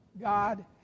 God